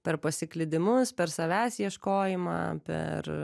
per pasiklydimus per savęs ieškojimą per